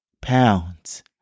pounds